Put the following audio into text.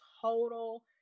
total